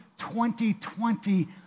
2020